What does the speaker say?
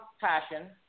Passion